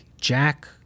Jack